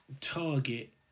target